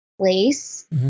place